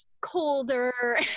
colder